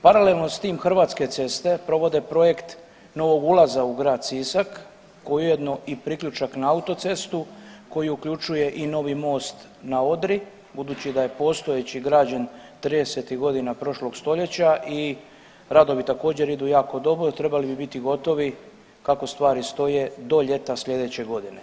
Paralelno s tim Hrvatske ceste provode projekt novog ulaza u grad Sisak ujedno i priključak na autocestu koji uključuje i novi most na Odri budući da je postojeći građen 30-ih godina prošlog stoljeća i radovi također idu jako dobro i trebali bi biti gotovi kako stvari stoje do ljeta slijedeće godine.